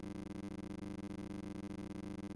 הסרט מבוסס באופן רופף על ספרו של פיליפ ק.